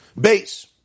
Base